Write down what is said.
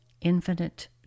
infinite